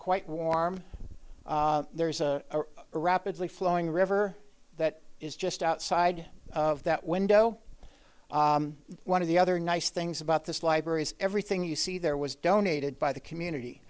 quite warm there is a rapidly flowing river that is just outside of that window one of the other nice things about this library is everything you see there was donated by the community